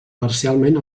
parcialment